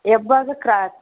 ಹೆಬ್ಬಾಗ cross